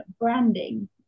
branding